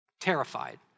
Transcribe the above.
Terrified